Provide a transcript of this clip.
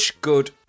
good